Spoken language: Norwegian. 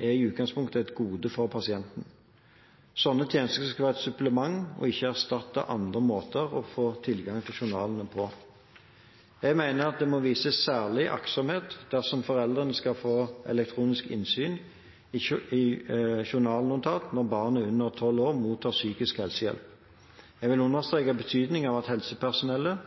er i utgangspunktet et gode for pasienten. Slike tjenester skal være et supplement og ikke erstatte andre måter å få tilgang til journalen på. Jeg mener at det må vises særlig aktsomhet dersom foreldre skal få elektronisk innsyn i journalnotat når barn under tolv år mottar psykisk helsehjelp. Jeg vil understreke betydningen av at helsepersonellet –